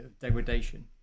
degradation